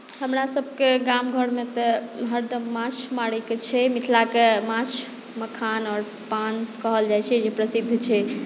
हमरा सभके गाम घरमे तऽ हरदम माँछ मारैकेँ छै मिथिलाके माँछ मखान आओर पान कहल जाइ छै जे प्रसिद्ध छै